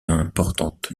importante